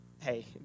hey